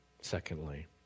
Secondly